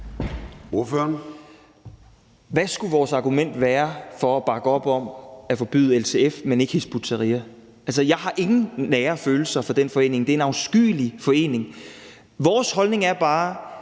Hvad skulle vores argument være for at bakke op om at forbyde LTF, men ikke Hizb ut-Tahrir? Altså, jeg har ingen varme følelser for den forening. Det er en afskyelig forening. Vores holdning er bare,